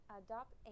adopt